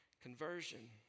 conversion